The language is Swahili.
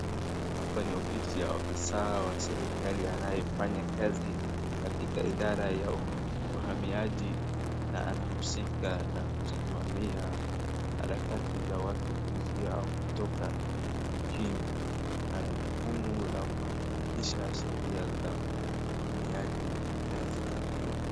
Hapa ni ofisi ya ofisa wa serikali anayefanya kazi ya katika idara ya uhamiaji na anahusika kusimamia harakati za watu kuingia au kutoka nchini. Ana jukumu la kuhakikisha sheria za uamiaji zinazingatiwa.